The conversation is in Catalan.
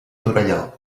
torelló